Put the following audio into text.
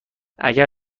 اگر